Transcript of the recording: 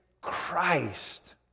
Christ